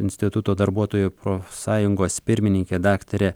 instituto darbuotojų profsąjungos pirmininkė daktarė